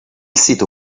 sito